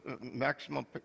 maximum